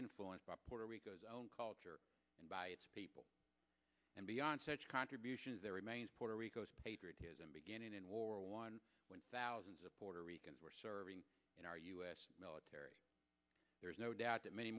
influenced by puerto rico's own culture and by its people and beyond such contributions there remains puerto rico's patriotism beginning in war one when thousands of puerto ricans were serving in our u s military there is no doubt that many